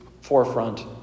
forefront